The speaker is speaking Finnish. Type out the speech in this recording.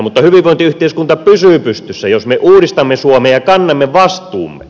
mutta hyvinvointiyhteiskunta pysyy pystyssä jos me uudistamme suomea ja kannamme vastuumme